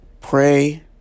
Pray